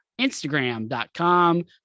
Instagram.com